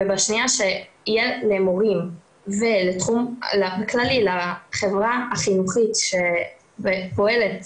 בשנייה שיהיה למורים ובכללי לחברה החינוכית שפועלת